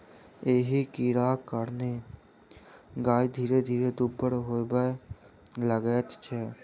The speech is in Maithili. एहि कीड़ाक कारणेँ गाय धीरे धीरे दुब्बर होबय लगैत छै